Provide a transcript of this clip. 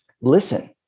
listen